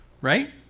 right